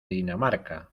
dinamarca